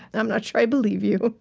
i'm not sure i believe you.